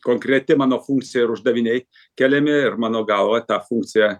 konkreti mano funkcija ir uždaviniai keliami ir mano galva tą funkciją